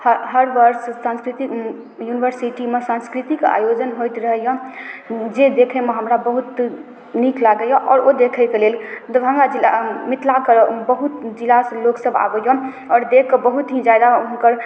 हर हर वर्ष सांस्कृतिक यूनिवर्सिटीमे सांस्कृतिक आयोजन होइत रहैये जे देखैमे हमरा बहुत नीक लागैए आओर ओ देखैके लेल दरभंगा जिला मिथिलाके बहुत जिलासँ लोक सब आबैए आओर देखके बहुत ही जादा हुनकर